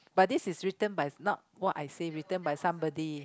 but this is written by it's not what I say written by somebody